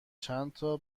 چندتا